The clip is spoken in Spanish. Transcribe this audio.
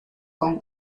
con